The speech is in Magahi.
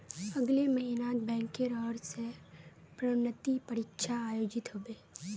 अगले महिनात बैंकेर ओर स प्रोन्नति परीक्षा आयोजित ह बे